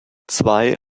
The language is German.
zwei